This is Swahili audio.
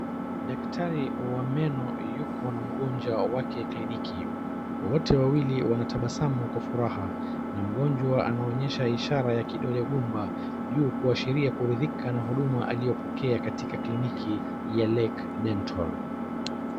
Daktari wa meno yuko na mgonjwa wake kliniki. Wote wawili wanatabasamu kwa furaha na mgonjwa anaonyesha ishara ya kidole gumba juu kuashiria kuridhika na huduma aliyopokea katika kliniki ya Lec Dental.